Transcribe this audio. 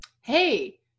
hey